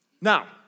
Now